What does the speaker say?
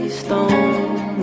stone